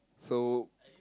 so